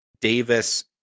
Davis